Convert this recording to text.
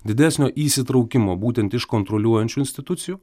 didesnio įsitraukimo būtent iš kontroliuojančių institucijų